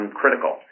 critical